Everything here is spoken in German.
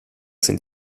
sind